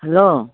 hello